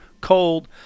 cold